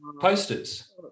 posters